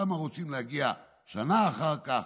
לכמה רוצים להגיע שנה אחר כך,